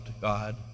God